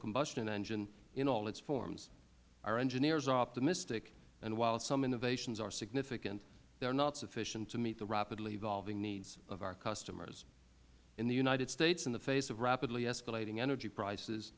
combustion engine in all its forms our engineers are optimistic and while some innovations are significant they are not sufficient to meet the rapidly evolving needs of our customers in the united states in the face of rapidly escalating energy prices